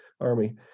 army